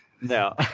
No